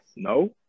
No